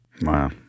Wow